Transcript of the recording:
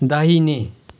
दाहिने